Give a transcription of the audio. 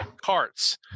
carts